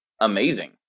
amazing